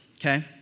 okay